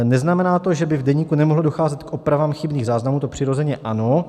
Neznamená to, že by v deníku nemohlo docházet k opravám chybných záznamů, to přirozeně ano.